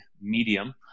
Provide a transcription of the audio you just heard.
medium